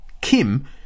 Kim